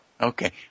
Okay